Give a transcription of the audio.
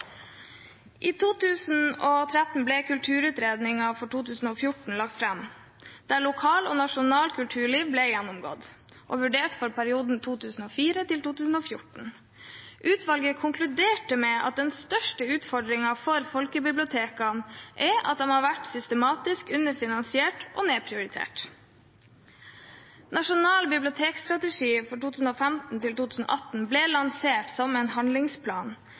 I 2013 ble Kulturutredningen 2014 lagt fram. Der ble lokalt og nasjonalt kulturliv gjennomgått og vurdert for perioden 2004 til 2014. Utvalget konkluderte med at den største utfordringen for folkebibliotekene er at de har vært systematisk underfinansiert og nedprioritert. Nasjonal bibliotekstrategi 2015–2018 ble lansert som en handlingsplan,